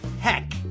heck